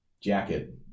jacket